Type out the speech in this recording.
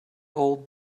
old